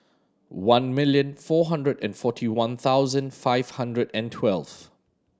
one million four hundred and forty one thousand five hundred and twelve